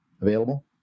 available